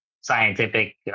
scientific